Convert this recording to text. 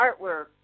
artwork